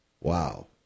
Wow